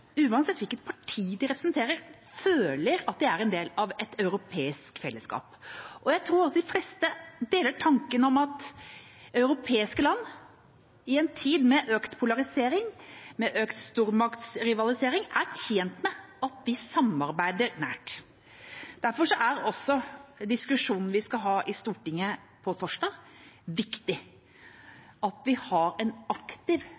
uansett hvilket parti de representerer, føler at de er en del av et europeisk fellesskap. Jeg tror også at de fleste deler tanken om at europeiske land, i en tid med økende polarisering og stormaktrivalisering, er tjent med å samarbeide nært. Derfor er også diskusjonen vi skal ha i Stortinget på torsdag, viktig, og at vi har en aktiv